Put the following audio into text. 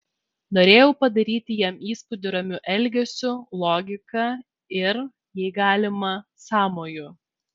norėjau padaryti jam įspūdį ramiu elgesiu logika ir jei galima sąmoju